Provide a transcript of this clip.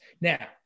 Now